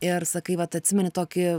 ir sakai vat atsimeni tokį